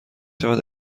شود